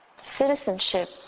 citizenship